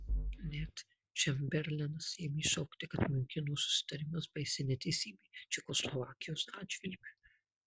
net čemberlenas ėmė šaukti kad miuncheno susitarimas baisi neteisybė čekoslovakijos atžvilgiu